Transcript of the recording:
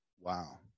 wow